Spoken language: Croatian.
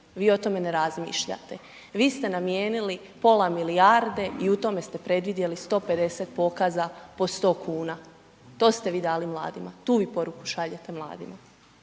vi o tome ne razmišljate, vi ste namijenili pola milijarde i u tome ste predvidjeli 150 pokaza po 100 kuna. To ste vi dali mladima, tu vi poruku šaljete mladima.